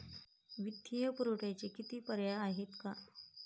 वित्तीय पुरवठ्याचे किती पर्याय आहेत का?